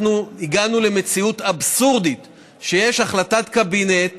אנחנו הגענו למציאות אבסורדית שיש החלטת קבינט